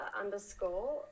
underscore